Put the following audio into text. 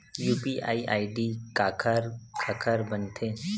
UPI ID काखर काखर बनथे?